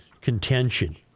contention